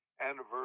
anniversary